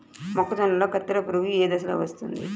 మొక్కజొన్నలో కత్తెర పురుగు ఏ దశలో వస్తుంది?